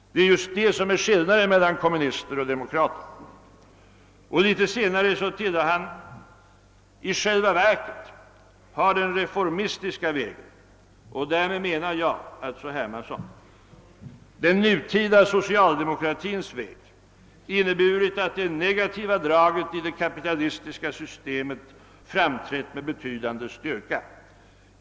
Det är just det som är skillnaden mellan kommunister och demokrater. Och litet senare tillade han: »I själva verket har den reformistiska vägen, och därmed menar jag» — alltså Hermansson — »den nutida socialdemokratins väg, inneburit att det negativa draget i det kapitalistiska samhället framträtt med betydande styrka.